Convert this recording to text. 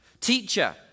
Teacher